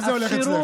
איך זה הולך אצלך?